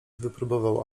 wypróbował